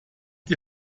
die